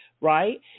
right